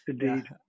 Indeed